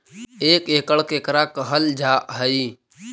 एक एकड़ केकरा कहल जा हइ?